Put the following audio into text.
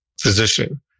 physician